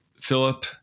Philip